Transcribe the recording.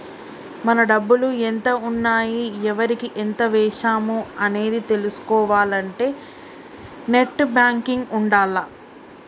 మన డబ్బులు ఎంత ఉన్నాయి ఎవరికి ఎంత వేశాము అనేది తెలుసుకోవాలంటే నెట్ బ్యేంకింగ్ ఉండాల్ల